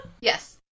yes